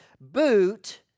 boot